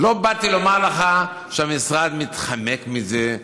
באתי לומר לך שהמשרד מתחמק מזה,